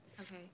Okay